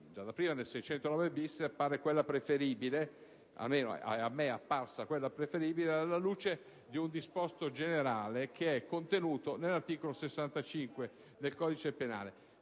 Tale formulazione appare quella preferibile (o almeno a me è apparsa quella preferibile), alla luce di un disposto generale contenuto nell'articolo 65 del codice penale.